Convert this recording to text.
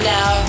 Now